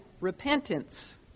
repentance